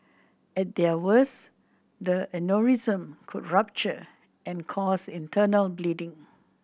at their worst the aneurysm could rupture and cause internal bleeding